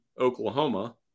Oklahoma